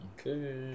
okay